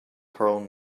pearl